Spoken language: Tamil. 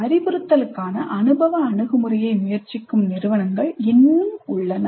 அறிவுறுத்தலுக்கான அனுபவ அணுகுமுறையை முயற்சிக்கும் நிறுவனங்கள் இன்னும் உள்ளன